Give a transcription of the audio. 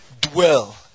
Dwell